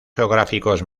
geográficos